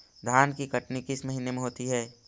धान की कटनी किस महीने में होती है?